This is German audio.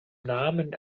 namen